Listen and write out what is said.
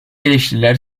eleştiriler